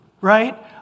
Right